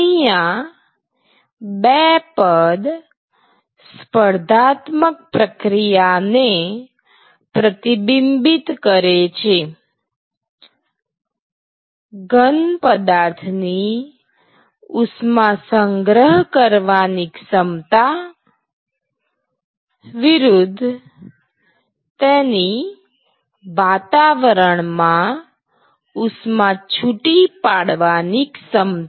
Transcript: અહીંયાં બે પદ સ્પર્ધાત્મક પ્રક્રિયા ને પ્રતિબિંબિત કરે છે ઘન પદાર્થ ની ઉષ્મા સંગ્રહ કરવાની ક્ષમતા વિરુદ્ધ તેની વાતાવરણમાં ઉષ્મા છૂટી પાડવાની ક્ષમતા